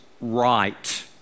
right